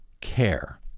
care